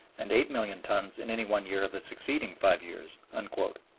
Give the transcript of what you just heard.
and eight million tons in any one year of the succeeding five years. and